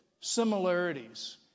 similarities